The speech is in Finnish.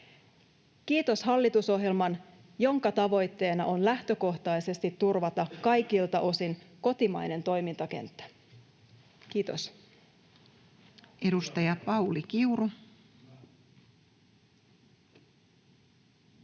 Kiitos hallitusohjelmalle, jonka tavoitteena on lähtökohtaisesti turvata kaikilta osin kotimainen toimintakenttä. — Kiitos.